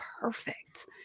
perfect